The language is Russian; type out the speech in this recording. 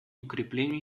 укреплению